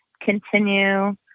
continue